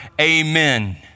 Amen